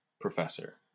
professor